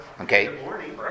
Okay